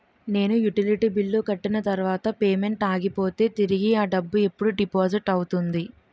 నేను utility bill కట్టిన తర్వాత పేమెంట్ ఆగిపోతే తిరిగి అ డబ్బు ఎప్పుడు డిపాజిట్ అవుతుంది?